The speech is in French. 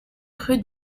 rue